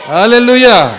Hallelujah